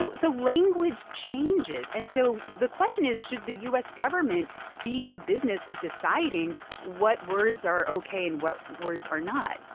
so so language changes. and so the question is, should the u s. government be in the business of deciding what words are ok and what words are not?